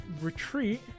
retreat